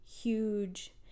huge